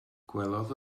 gwelodd